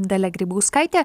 dalia grybauskaitė